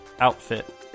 outfit